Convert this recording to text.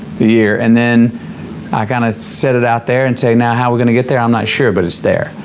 year, and then ah kind of set it out there and say, now, how are we going to get there? i'm not sure, but it's there.